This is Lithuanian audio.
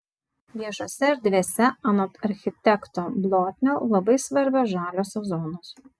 viešose erdvėse anot architekto blotnio labai svarbios žaliosios zonos